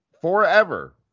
forever